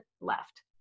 left